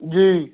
جی